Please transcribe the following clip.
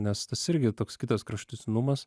nes tas irgi toks kitas kraštutinumas